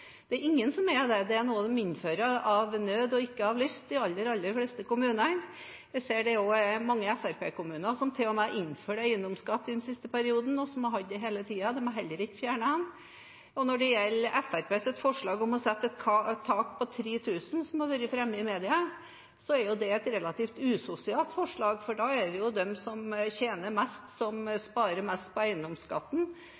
Det er ingen som er det. Det er noe de innfører av nød og ikke av lyst i de aller, aller fleste kommunene. Jeg ser det også er mange Fremskrittsparti-kommuner som til og med har innført eiendomsskatt i den siste perioden, og som har hatt det hele tiden, de har heller ikke fjernet den. Når det gjelder Fremskrittspartiets forslag om å sette et tak på 3 000 kr, som har vært fremme i media, er det et relativt usosialt forslag. Da er det de som tjener mest,